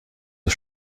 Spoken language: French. aux